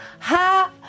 ha